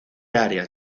áreas